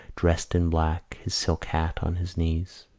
dressed in black, his silk hat on his knees.